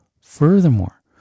Furthermore